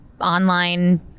Online